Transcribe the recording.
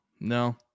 no